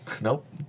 Nope